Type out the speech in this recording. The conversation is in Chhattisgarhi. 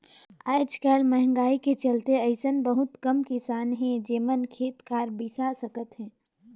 आयज कायल मंहगाई के चलते अइसन बहुत कम किसान हे जेमन खेत खार बिसा सकत हे